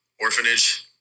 orphanage